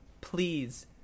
please